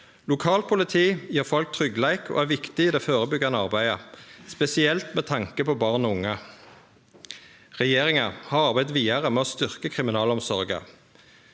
Lokalt politi gir folk tryggleik og er viktig i det førebyggjande arbeidet, spesielt med tanke på barn og unge. Regjeringa har arbeidd vidare med å styrkje kriminalomsorga.